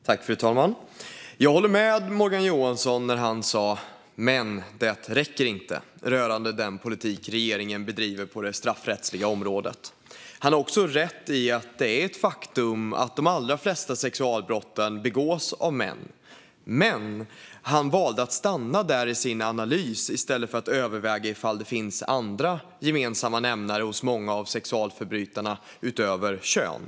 Fru talman! Jag håller med Morgan Johansson när han säger "Men det räcker inte" rörande den politik som regeringen bedriver på det straffrättsliga området. Han har också rätt i att det är ett faktum att de allra flesta sexualbrott begås av män, men han valde att stanna där i sin analys i stället för att överväga ifall det finns andra gemensamma nämnare hos många av sexualförbrytarna utöver kön.